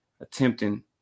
attempting